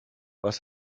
was